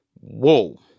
Whoa